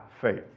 faith